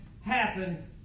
happen